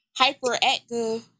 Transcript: Hyperactive